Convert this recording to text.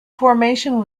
formation